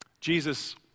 Jesus